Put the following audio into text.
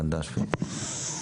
בבקשה.